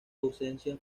ausencia